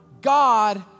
God